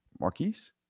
Marquise